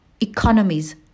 economies